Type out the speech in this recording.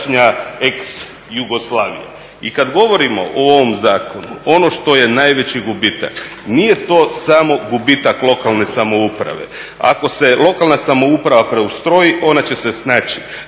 I kada govorimo o ovom zakonu ono što je najveći gubitak nije to samo gubitak lokalne samouprave, ako se lokalna samouprava preustroji ona će se snaći,